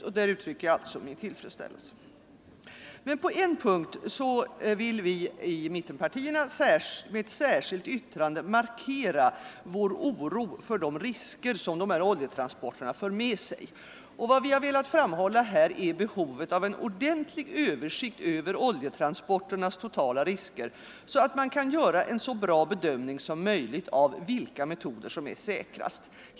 Där uttrycker jag alltså min tillfredsställelse. På en punkt vill vi i mittenpartierna med ett särskilt yttrande markera vår oro för de risker som oljetransporter för med sig. Vad vi har velat framhålla här är behovet av en ordentlig översikt över oljetransporternas risker, så att man kan göra en så bra bedömning som möjligt av vilka metoder som är säkrast.